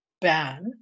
ban